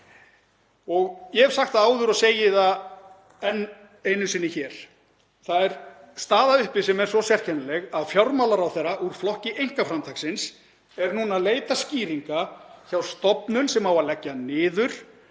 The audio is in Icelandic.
Ég hef sagt það áður og segi það enn einu sinni hér, það er sú staða uppi sem er svo sérkennileg að fjármálaráðherra úr flokki einkaframtaksins er núna að leita skýringa hjá stofnun sem á að leggja niður